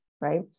right